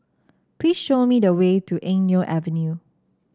please show me the way to Eng Neo Avenue